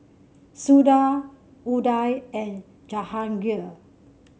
Suda Udai and Jahangir